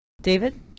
David